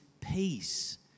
peace